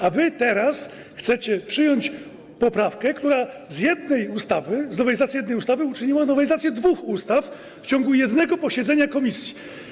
A wy teraz chcecie przyjąć poprawkę, która z jednej ustawy, z nowelizacji jednej ustawy uczyniła nowelizację dwóch ustaw w ciągu jednego posiedzenia komisji.